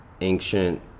ancient